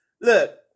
look